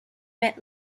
met